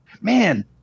man